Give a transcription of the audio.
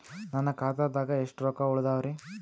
ನನ್ನ ಖಾತಾದಾಗ ಎಷ್ಟ ರೊಕ್ಕ ಉಳದಾವರಿ?